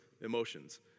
emotions